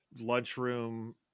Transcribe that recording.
lunchroom